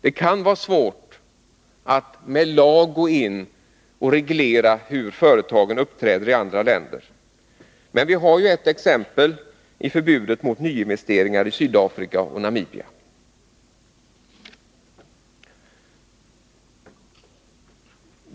Det kan vara svårt att med lag gå in och reglera hur företagen uppträder i andra länder, men vi har ett exempel i förbudet mot nyinvesteringar i Sydafrika och Namibia.